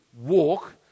walk